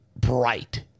bright